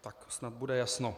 Tak snad bude jasno.